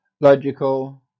Logical